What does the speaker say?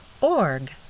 org